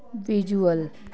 visual